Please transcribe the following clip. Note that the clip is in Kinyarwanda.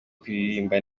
kuririmba